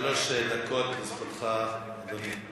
שלוש דקות לזכותך, אדוני.